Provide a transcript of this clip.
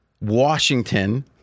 Washington